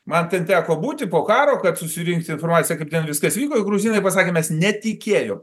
man ten teko būti po karo kad susirinkti informaciją kaip ten viskas vyko ir gruzinai pasakė mes netikėjom